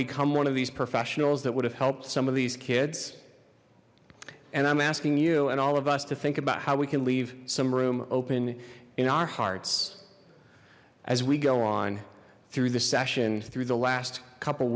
become one of these professionals that would have helped some of these kids and i'm asking you and all of us to think about how we can leave some room open in our hearts as we go on through the session through the last couple